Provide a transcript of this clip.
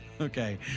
Okay